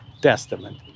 Testament